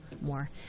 more